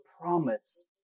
promise